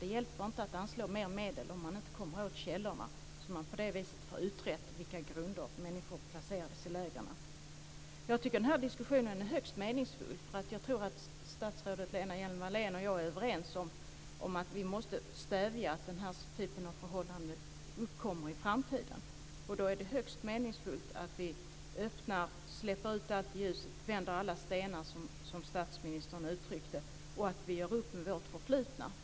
Det hjälper inte att anslå mer medel om man inte kommer åt källorna, så att man på det viset får utrett på vilka grunder människor placerades i lägren. Jag tycker att den här diskussionen är högst meningsfull. Jag tror nämligen att statsrådet Lena Hjelm Wallén och jag är överens om att vi måste stävja att denna typ av förhållande uppkommer i framtiden. Då är det högst meningsfullt att vi öppnar, släpper in allt ljus och vänder alla stenar - som statsministern uttryckte det. Vi måste göra upp med vårt förflutna.